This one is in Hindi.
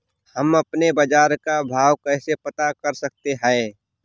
हम अपने बाजार का भाव कैसे पता कर सकते है?